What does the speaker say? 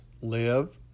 live